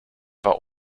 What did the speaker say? war